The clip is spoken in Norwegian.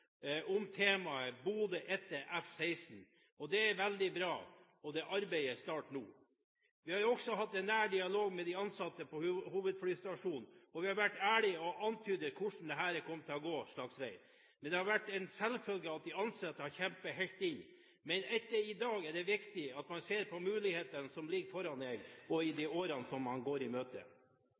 om temaet «Bodø etter F-16». Det er veldig bra, og det arbeidet starter nå. Vi har også hatt nær dialog med de ansatte på hovedflystasjonen, og vi har vært ærlige og antydet hvilken vei dette kom til å gå. Det har vært en selvfølge at de ansatte har kjempet helt inn. Men etter i dag er det viktig at man ser på mulighetene som ligger foran en i de årene som man går i møte.